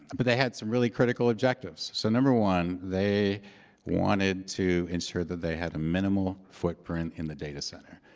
but they had some really critical objectives. so number one, they wanted to ensure that they had a minimal footprint in the data center.